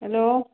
hello